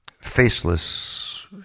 faceless